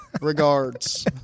Regards